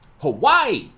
hawaii